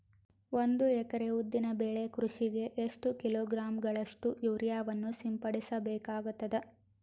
ಒಂದು ಎಕರೆ ಉದ್ದಿನ ಬೆಳೆ ಕೃಷಿಗೆ ಎಷ್ಟು ಕಿಲೋಗ್ರಾಂ ಗಳಷ್ಟು ಯೂರಿಯಾವನ್ನು ಸಿಂಪಡಸ ಬೇಕಾಗತದಾ?